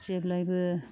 जेब्लायबो